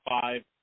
five